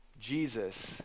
Jesus